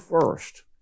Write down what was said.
first